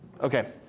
Okay